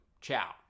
Ciao